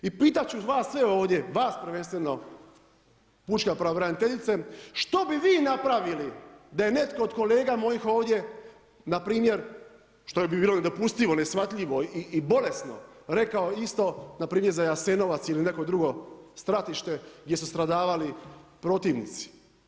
I pitat ću sve ovdje, vas prvenstveno pučka pravobraniteljice što bi vi napravili da je netko od kolega mojih ovdje npr. što bi bilo nedopustivo, neshvatljivo i bolesno, rekao isto npr. isto za Jasenovac ili neko drugo stratište gdje su stradavali protivnici.